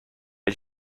ein